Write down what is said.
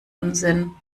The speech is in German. unsinn